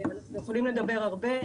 אנחנו יכולים לדבר הרבה.